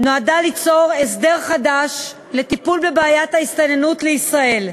והיא נועדה ליצור הסדר חדש לטיפול בבעיית ההסתננות לישראל,